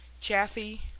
Chaffee